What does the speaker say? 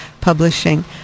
Publishing